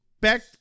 Back